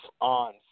on